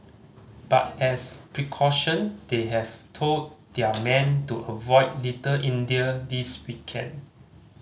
but as precaution they have told their men to avoid Little India this weekend